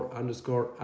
underscore